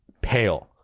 pale